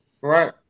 Right